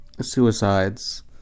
suicides